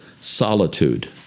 solitude